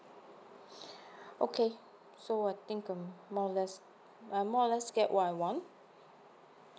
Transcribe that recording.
okay so I think um more or less I'm more or less get what I want